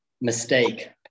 mistake